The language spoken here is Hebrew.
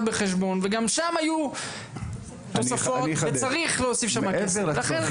בחשבון וגם שם היו תוספות וצריך להוסיף שם כסף.